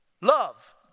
love